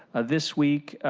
this week,